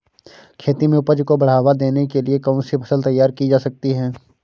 खेती में उपज को बढ़ावा देने के लिए कौन सी फसल तैयार की जा सकती है?